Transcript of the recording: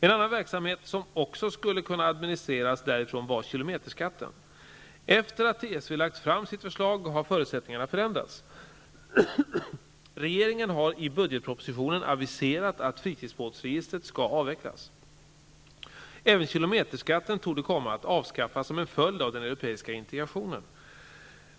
En annan verksamhet som också skulle kunna administreras därifrån var kilometerskatten. Efter att TSV lagt fram sitt förslag har förutsättningarna förändrats. Regeringen har i budgetpropositionen aviserat att fritidsbåtsregistret skall avvecklas. Även kilometerskatten torde komma att avskaffas som en följd av den europeiska integrationen.